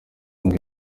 ngo